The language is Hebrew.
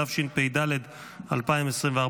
התשפ"ג 2023,